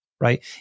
right